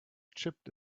chipped